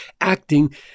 acting